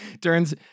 turns